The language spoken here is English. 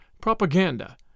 propaganda